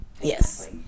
yes